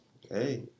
Hey